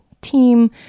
team